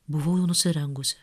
buvau jau nusirengusi